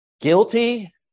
Guilty